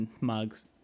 mugs